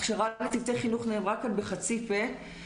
הכשרת צוותי חינוך נאמרה כאן בחצי פה.